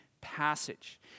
passage